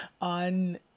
on